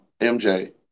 MJ